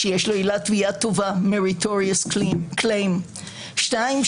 שיש לו עילת תביעה טובה meritorious claim; שתיים,